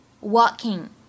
walking